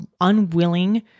unwilling